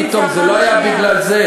מה פתאום, זה לא היה בגלל זה.